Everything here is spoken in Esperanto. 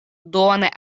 duone